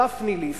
דפני ליף,